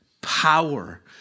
power